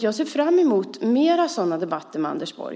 Jag ser fram emot fler sådana debatter med Anders Borg.